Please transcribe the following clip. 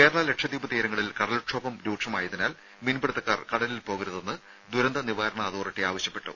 കേരള ലക്ഷദ്വീപ് തീരങ്ങളിൽ കടൽക്ഷോഭം രൂക്ഷമായതിനാൽ മീൻപിടുത്തക്കാർ കടലിൽ പോകരുതെന്ന് ദുരന്ത നിവാരണ അതോറിറ്റി ആവശ്യപ്പെട്ടു